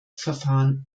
verfahren